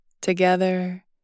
Together